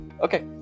Okay